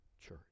church